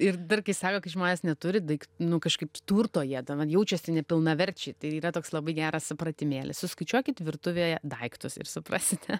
ir dar kai sako kai žmonės neturi daik nu kažkaip turto jie ten jaučiasi nepilnaverčiai tai yra toks labai geras pratimėlis suskaičiuokit virtuvėje daiktus ir suprasite